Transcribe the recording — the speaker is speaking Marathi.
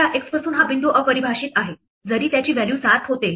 आता x पासून हा बिंदू अपरिभाषित आहे जरी त्याची व्हॅल्यू 7 होते